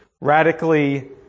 radically